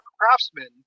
craftsman